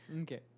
Okay